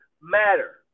matter